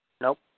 Nope